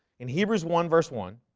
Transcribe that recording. in hebrews one verse one